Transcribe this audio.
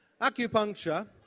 Acupuncture